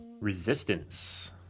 Resistance